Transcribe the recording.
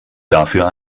dafür